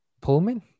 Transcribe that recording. Pullman